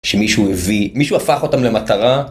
שמישהו הביא, מישהו הפך אותם למטרה.